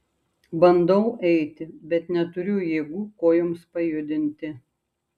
bandau eiti bet neturiu jėgų kojoms pajudinti